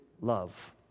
love